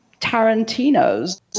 Tarantino's